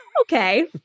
okay